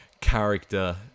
character